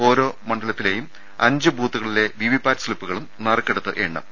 ഓരോ മണ്ഡലത്തി ലെയും അഞ്ച് ബൂത്തുകളിലെ വിവിപാറ്റ് സ്ലിപ്പുകളും നറുക്കെടുത്ത് എണ്ണും